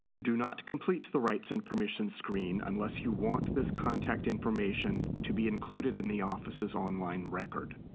do not complete the rights and permissions screen unless you want this contact information to be included in the office's online record.